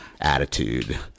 attitude